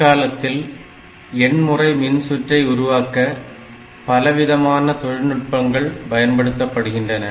தற்காலத்தில் எண்முறை மின்சுற்றை உருவாக்க பலவிதமான தொழில்நுட்பங்கள் பயன்படுத்தப்படுகின்றன